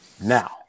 now